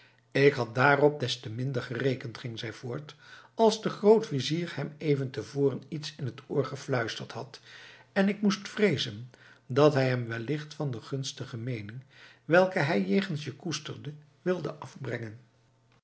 ik had daarop des te minder gerekend ging zij voort als de grootvizier hem even te voren iets in t oor gefluisterd had en ik moest vreezen dat hij hem wellicht van de gunstige meening welke hij jegens je koesterde wilde afbrengen